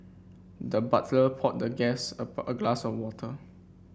the butler poured the guest a a glass of water